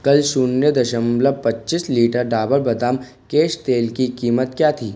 कल शून्य दशमलव पच्चीस लीटर डाबर बदाम केश तेल की कीमत क्या थी